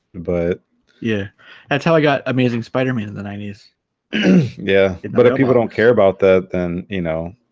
but yeah and tell i got amazing spider-man in the ninety s yeah, but people don't care about that then you know